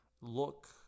look